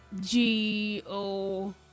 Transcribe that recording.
G-O